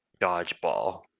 dodgeball